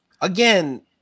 Again